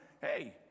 hey